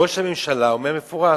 ראש הממשלה אומר במפורש: